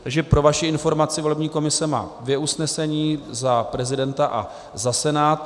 Takže pro vaši informaci, volební komise má dvě usnesení, za prezidenta a za Senát.